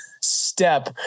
step